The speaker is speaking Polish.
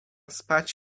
spać